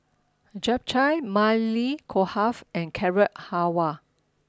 Japchae Maili Kofta and Carrot Halwa